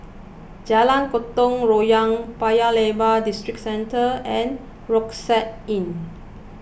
Jalan Gotong Royong Paya Lebar Districentre and Rucksack Inn